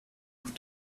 auf